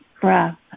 breath